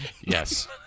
yes